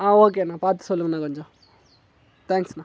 ஆ okay அண்ணா பார்த்து சொல்லுங்க அண்ணா கொஞ்சம் தேங்க்ஸ்ண்ணா